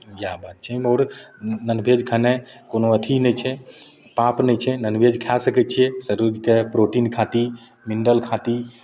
इएह बात छै एहिमे आओर नॉनभेज खयनाइ कोनो अथि नहि छै पाप नहि छै नॉनभेज खाए सकै छियै शरीरके प्रोटीन खातिर मिनरल खातिर